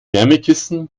wärmekissen